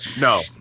no